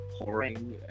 pouring